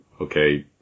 okay